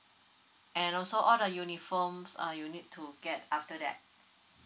and also all the uniforms uh you need to get after that